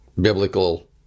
biblical